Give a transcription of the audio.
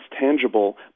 tangible